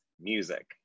music